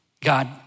God